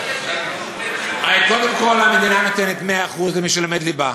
הרי קודם כול, המדינה נותנת 100% למי שלומד ליבה.